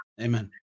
Amen